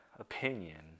Opinion